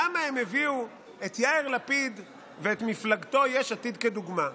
למה הם הביאו את יאיר לפיד ואת מפלגתו יש עתיד כדוגמה?